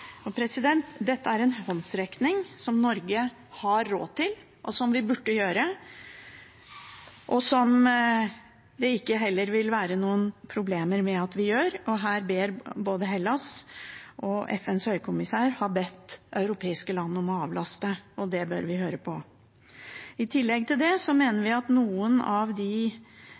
Dette er en håndsrekning som Norge har råd til, som vi bør gjøre, og som det heller ikke vil være noen problemer med at vi gjør. Både Hellas og FNs høykommissær har bedt europeiske land om å avlaste, og det bør vi høre på. I tillegg mener vi at noen av de